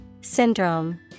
Syndrome